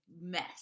mess